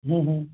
अं हं